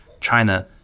China